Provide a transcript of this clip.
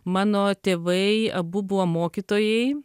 mano tėvai abu buvo mokytojai